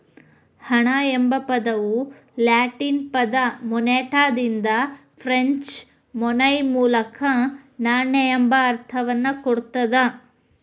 ಹಣ ಎಂಬ ಪದವು ಲ್ಯಾಟಿನ್ ಪದ ಮೊನೆಟಾದಿಂದ ಫ್ರೆಂಚ್ ಮೊನೈ ಮೂಲಕ ನಾಣ್ಯ ಎಂಬ ಅರ್ಥವನ್ನ ಕೊಡ್ತದ